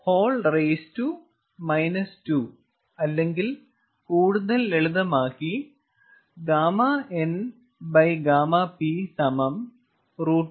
𝛾N𝛾P 2 അല്ലെങ്കിൽ കൂടുതൽ ലളിതമാക്കി 𝛾N𝛾P√ρN